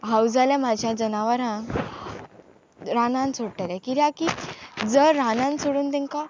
हांव जालें म्हाज्या जनावरांक रानान सोडटलें कित्याक की जर रानान सोडून तांकां